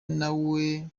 nawe